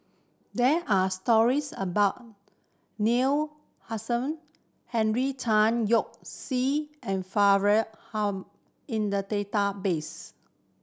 there are stories about Neil Henry Tan Yoke See and Faridah Hanum in the database